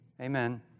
Amen